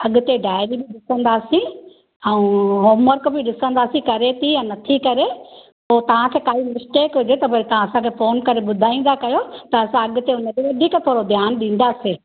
अॻिते डायरी बि ॾिसंदासीं ऐं होमवर्क बि ॾिसंदासीं करे थी या नथी करे पोइ तव्हां काई मिस्टेक हुजे त भले तव्हां असांखे फ़ोन करे ॿुधाईंदा करियो त असां अॻिते उन ते वधीक थोरो ध्यानु ॾींदासीं